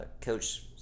coach